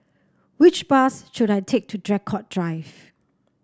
which bus should I take to Draycott Drive